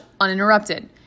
uninterrupted